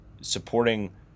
supporting